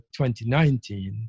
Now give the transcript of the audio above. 2019